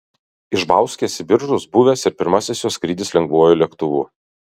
iš bauskės į biržus buvęs ir pirmasis jos skrydis lengvuoju lėktuvu